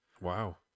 Wow